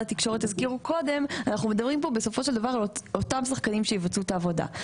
התקשורת הזכירו קודם שחקנים שיבצעו את העבודה.